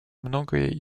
многое